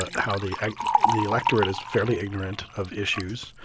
ah how the the electorate is fairly ignorant of issues,